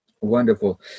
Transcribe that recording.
Wonderful